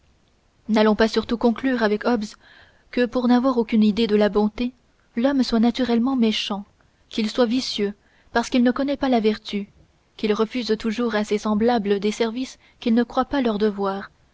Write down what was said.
n'allons pas surtout conclure avec hobbes que pour n'avoir aucune idée de la bonté l'homme soit naturellement méchant qu'il soit vicieux parce qu'il ne connaît pas la vertu qu'il refuse toujours à ses semblables des services qu'il ne croit pas leur devoir